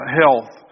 health